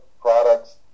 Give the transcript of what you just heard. products